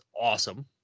awesome